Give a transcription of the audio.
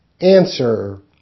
Answer